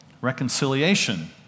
Reconciliation